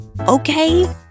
okay